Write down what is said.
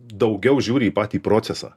daugiau žiūri į patį procesą